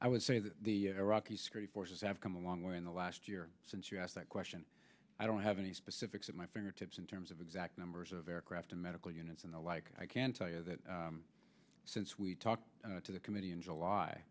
i would say that the iraqi security forces have come a long way in the last year since you asked that question i don't have any specifics at my fingertips in terms of exact numbers aircraft medical units and the like i can tell you that since we talked to the committee in july